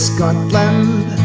Scotland